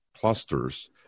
clusters